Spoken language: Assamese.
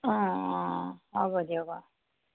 অঁ হ'ব দিয়ক অঁ